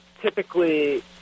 typically